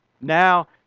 now